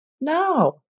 No